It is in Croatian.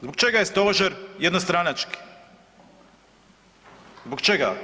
Zbog čega je stožer jednostranački, zbog čega?